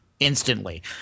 instantly